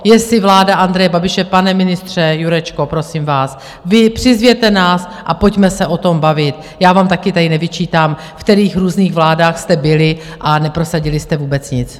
Jestli vláda Andreje Babiše, pane ministře Jurečko, prosím vás, vy přizvěte nás a pojďme se o tom bavit, já vám tady také nevyčítám, v kterých různých vládách jste byli, a neprosadili jste vůbec nic.